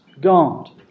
God